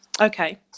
Okay